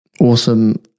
awesome